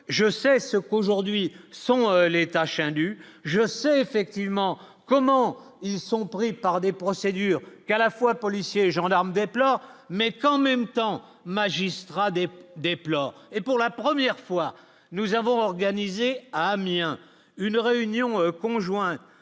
je sais ce qu'aujourd'hui sont les tâches indues, je serai effectivement comment ils sont pris par des procédures qu'à la fois, policiers, gendarmes, déplore mais qu'en même temps, magistrats, déplore et pour la première fois, nous avons organisé à Amiens, une réunion conjointe